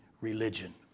religion